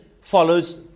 follows